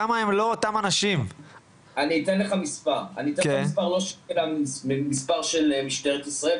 אני אתן לך מספר של משטרת ישראל,